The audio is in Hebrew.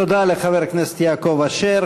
תודה לחבר הכנסת יעקב אשר.